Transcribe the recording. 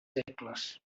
segles